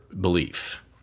belief